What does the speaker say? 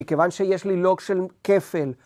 ‫וכיוון שיש לי לוח של כפל.